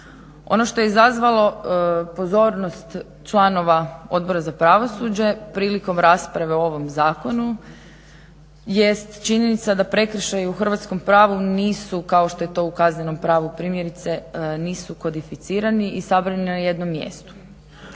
Ono što je izazvalo pozornost članova Odbora za pravosuđe prilikom rasprave o ovom zakonu jest činjenica da prekršaji u hrvatskom pravu nisu kao što je to u kaznenom pravu primjerice nisu kodificirani i sabrani na jednom mjestu.